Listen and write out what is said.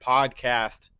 Podcast